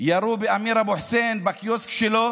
ירו באמיר אבו חוסיין בקיוסק שלו